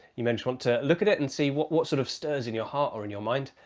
you may just want to look at it and see what what sort of stirs in your heart or in your mind.